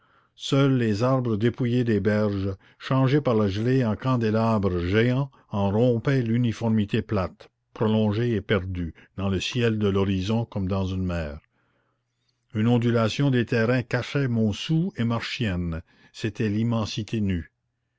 seuls les arbres dépouillés des berges changés par la gelée en candélabres géants en rompaient l'uniformité plate prolongée et perdue dans le ciel de l'horizon comme dans une mer une ondulation des terrains cachait montsou et marchiennes c'était l'immensité nue